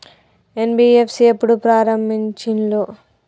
NBFC ఎప్పుడు ప్రారంభించిల్లు?